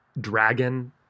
dragon